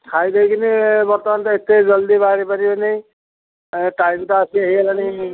ଖାଇଦେଇକିନି ବର୍ତ୍ତମାନ ତ ଏତେ ଜଲ୍ଦି ବାହାରି ପାରିବେନି ଟାଇମ୍ ତ ଆସି ହେଇଗଲାଣି